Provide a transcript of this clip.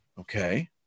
Okay